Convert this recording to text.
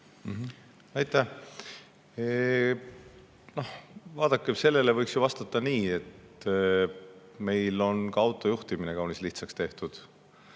Vaadake, sellele võiks vastata nii, et meil on ka autojuhtimine kaunis lihtsaks tehtud.